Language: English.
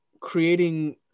creating